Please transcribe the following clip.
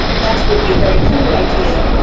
that would be a very poor idea,